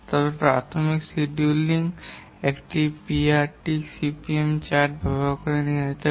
তবে প্রাথমিক শিডিয়ুলিং একটি পিইআরটি সিপিএম চার্ট ব্যবহার করে করা হয়